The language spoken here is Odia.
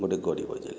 ଗୋଟେ ଗରୀବ ଜିଲ୍ଲା